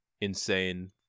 insane